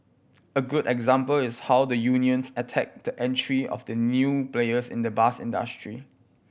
a good example is how the unions a tackled the entry of new players in the bus industry